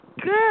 good